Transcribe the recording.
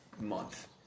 month